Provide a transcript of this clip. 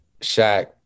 Shaq